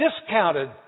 discounted